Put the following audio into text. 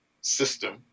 system